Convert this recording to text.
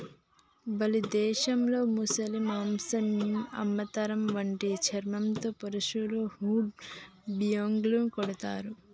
Bali దేశంలో ముసలి మాంసం అమ్ముతారు వాటి చర్మంతో పర్సులు, హ్యాండ్ బ్యాగ్లు కుడతారు